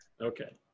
Okay